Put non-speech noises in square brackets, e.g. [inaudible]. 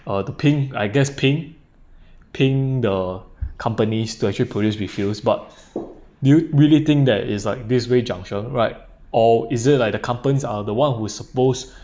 uh the ping I guess ping [breath] ping the companies to actually produce refills but do you really think that is like this way juncture right or is it like the companies are the one who suppose [breath]